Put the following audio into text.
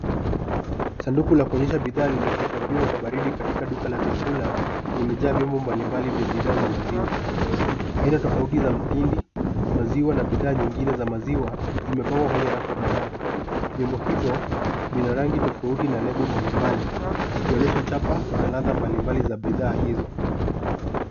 Sanduku la kuonyesha bidhaa lililohifadhiwa kwa baridi katika duka la vyakula, limejaa vyombo mbalimbali vya bidhaa za maziwa. Aina tofauti za mtindi, maziwa na bidhaa nyingine za maziwa, zimepangwa kwenye rafu kadhaa. Vyombo hivyo vina rangi tofauti na lebo mbalimbali zikionyesha chapa na ladha mbalimbali za bidhaa hizo.